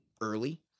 early